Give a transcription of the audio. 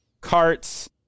carts